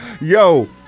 yo